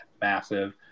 massive